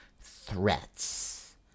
threats